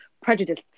prejudice